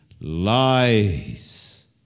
lies